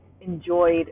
enjoyed